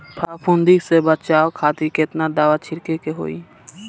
फाफूंदी से बचाव खातिर केतना दावा छीड़के के होई?